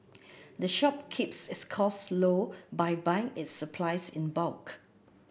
the shop keeps its costs low by buying its supplies in bulk